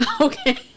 Okay